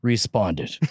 responded